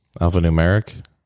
alphanumeric